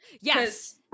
yes